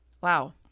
Wow